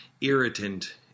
irritant